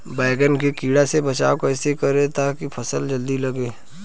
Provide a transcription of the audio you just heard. बैंगन के कीड़ा से बचाव कैसे करे ता की फल जल्दी लगे?